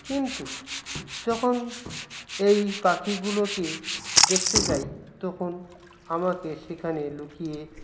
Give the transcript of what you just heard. কিন্তু যখন এই পাখিগুলোকে দেখতে যাই তখন আমাকে সেখানে লুকিয়ে